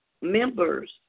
members